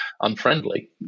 unfriendly